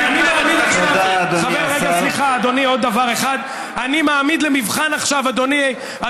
ואני מעמיד עכשיו למבחן, תודה,